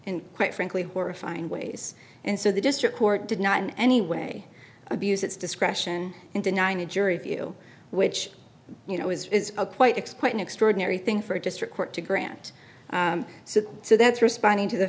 in quite frankly horrifying ways and so the district court did not in any way abuse its discretion in denying a jury view which you know is a quite explain an extraordinary thing for a district court to grant so so that's responding to the